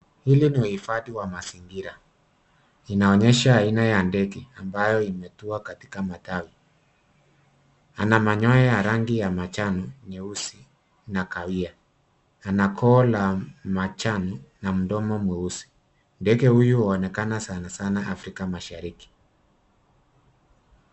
Hili ni uhifadhi wa mazingira. Inaonyesha aina ya ndege ambayo imetua katika matawi. Ana manyoya ya rangi ya majani, nyeusi na kahawia. Ana koo la majani na mdomo mweusi. Ndege huyu huonekana sana sana Afrika Mashariki.